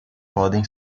podem